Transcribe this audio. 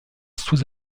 sous